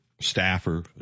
staffer